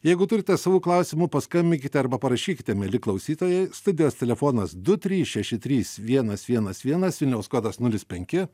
jeigu turite savų klausimų paskambinkite arba parašykite mieli klausytojai studijos telefonas du trys šeši trys vienas vienas vienas vilniaus kodas nulis penki